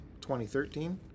2013